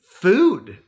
food